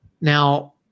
Now